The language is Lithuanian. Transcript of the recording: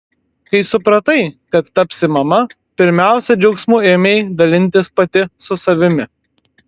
kai supratai kad tapsi mama pirmiausia džiaugsmu ėmei dalintis pati su savimi